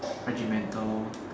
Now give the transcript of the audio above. regimental